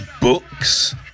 books